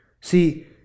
See